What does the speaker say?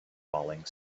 falling